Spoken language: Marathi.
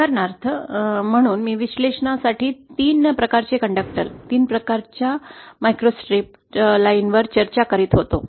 उदाहरणार्थ म्हणून मी विश्लेषणासाठी तीन प्रकारचे कंडक्टर तीन प्रकारच्या मायक्रोस्ट्रिप लाइनवर चर्चा करीत होतो